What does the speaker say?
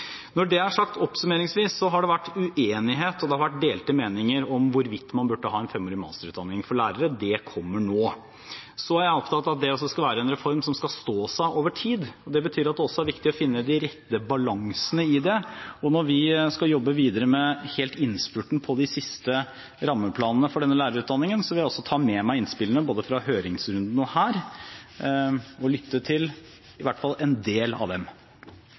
Når det er sagt – oppsummeringsvis – har det vært uenighet og delte meninger om hvorvidt man burde ha en femårig masterutdanning for lærere. Det kommer nå. Så er jeg opptatt av at det skal være en reform som skal stå seg over tid. Det betyr at det også er viktig å finne de rette balansene i det. Og når vi skal jobbe videre helt i innspurten på de siste rammeplanene for denne lærerutdanningen, vil jeg ta med innspillene både fra høringsrunden og herfra, og lytte til i hvert fall en del av dem.